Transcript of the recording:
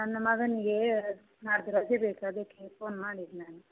ನನ್ನ ಮಗನಿಗೆ ನಾಲ್ಕು ರಜೆ ಬೇಕು ಅದಕ್ಕೆ ಫೋನ್ ಮಾಡಿದ್ದು ನಾನು